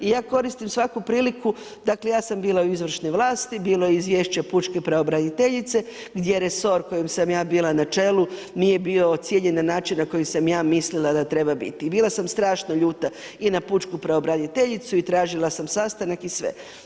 I ja koristim svaku priliku, dakle ja sam bila u izvršnoj vlasti, bilo je izvješće pučke pravobraniteljice gdje resor na kojem sam ja bila na čelu nije bio ocijenjen na način na koji sam ja mislila da treba biti i bila sam strašno ljuta i na pučku pravobraniteljicu i tražila sam sastanak i sve.